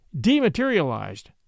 dematerialized